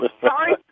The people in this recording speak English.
Sorry